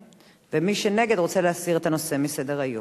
ומי שנגד, רוצה להסיר את הנושא מסדר-היום.